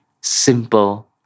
simple